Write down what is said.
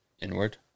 Inward